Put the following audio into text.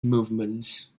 movements